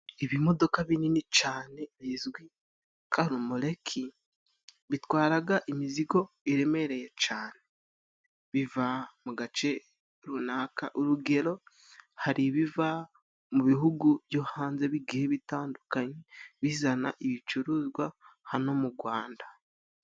Ibimodoka binini cane bizwi karumoleki bitwaraga imizigo iremereye cane, biva mu gace runaka. Urugero hari ibiva mu bihugu byo hanze bigiye bitandukanye bizana ibicuruzwa hano mu gwanda.